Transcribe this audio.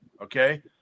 Okay